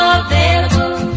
available